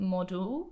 Model